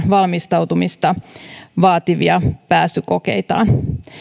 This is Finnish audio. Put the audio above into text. valmistautumista vaativia pääsykokeitaan